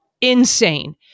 insane